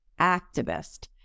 activist